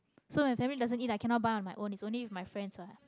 so my family doesn't eat i cannot buy on my own it's only with my friends [what]